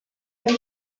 ari